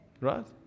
right